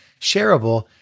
shareable